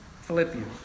Philippians